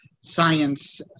science